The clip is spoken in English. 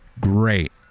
great